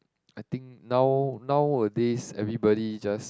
I think now nowadays everybody just